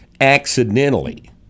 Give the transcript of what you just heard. accidentally